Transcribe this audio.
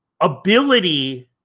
ability